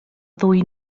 ddwy